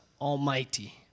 almighty